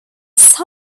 site